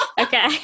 okay